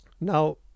Now